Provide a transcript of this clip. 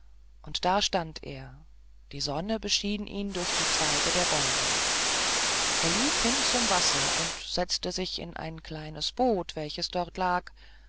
und da stand er die sonne beschien ihn durch die zweige der bäume er lief hin zum wasser und setzte sich in ein kleines boot welches dort lag